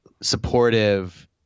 supportive